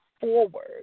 forward